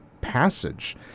passage